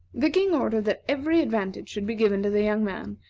the king ordered that every advantage should be given to the young man,